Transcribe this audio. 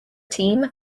team